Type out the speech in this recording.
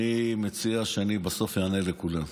אני מציע שאני אענה לכולם בסוף.